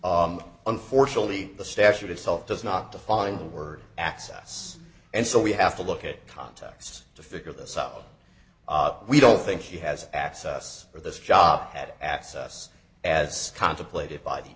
was unfortunately the statute itself does not define the word access and so we have to look at context to figure this out we don't think she has access for this job had access as contemplated b